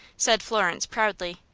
said florence, proudly.